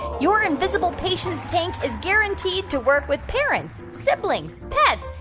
your invisible patience tank is guaranteed to work with parents, siblings, pets,